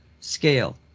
scale